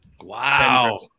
Wow